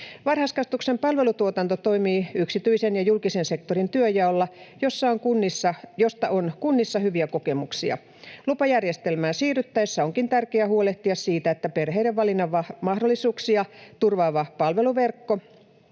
Varhaiskasvatuksen palvelutuotanto toimii yksityisen ja julkisen sektorin työnjaolla, josta on kunnissa hyviä kokemuksia. Lupajärjestelmään siirryttäessä onkin tärkeä huolehtia siitä, että perheiden valinnanmahdollisuuksia turvaava palveluverkko